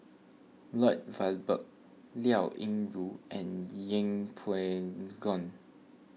Lloyd Valberg Liao Yingru and Yeng Pway Ngon